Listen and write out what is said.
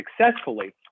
successfully